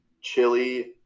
chili